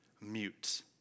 mute